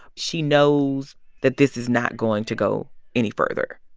she knows that this is not going to go any further.